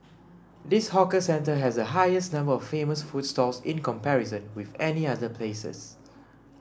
this hawker centre has the highest number of famous food stalls in comparison with any other places